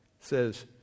says